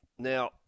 Now